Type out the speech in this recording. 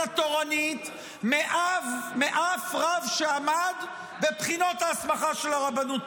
התורנית מאף רב שעמד בבחינות ההסמכה של הרבנות.